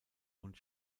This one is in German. und